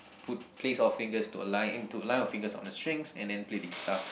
put place our fingers to a line and to align our fingers on the strings and then play the guitar